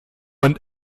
und